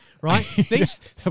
right